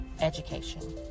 education